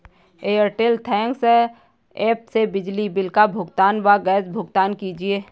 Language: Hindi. एयरटेल थैंक्स एप से बिजली बिल का भुगतान व गैस भुगतान कीजिए